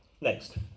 Next